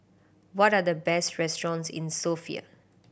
what are the best restaurants in Sofia